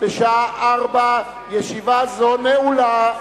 בשעה 16:00. ישיבה זו נעולה.